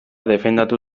defendatu